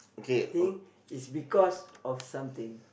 thing is because of something